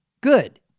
good